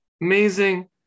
Amazing